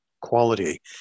quality